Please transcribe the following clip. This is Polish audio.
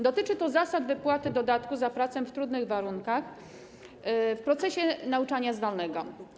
Dotyczy to zasad wypłaty dodatku za pracę w trudnych warunkach w procesie nauczania zdalnego.